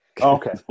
Okay